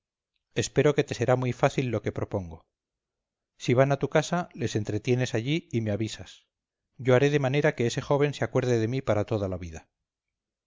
espero que te será muy fácil lo que propongo si van a tu casa les entretienes allí y me avisas yo haré de manera que ese joven se acuerde de mí para toda la vida